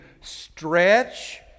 stretch